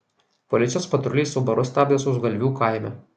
policijos patruliai subaru stabdė sausgalvių kaime